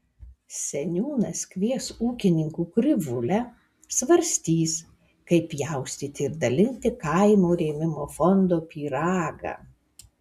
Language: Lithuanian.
seniūnas kvies ūkininkų krivūlę svarstys kaip pjaustyti ir dalinti kaimo rėmimo fondo pyragą